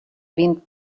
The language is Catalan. vint